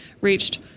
reached